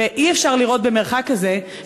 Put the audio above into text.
ואי-אפשר לראות במרחק כזה,